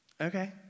okay